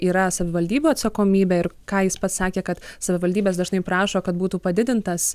yra savivaldybių atsakomybė ir ką jis pats sakė kad savivaldybės dažnai prašo kad būtų padidintas